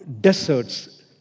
deserts